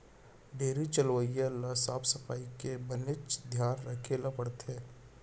dairy चलवइया ल साफ सफई के बनेच धियान राखे ल परथे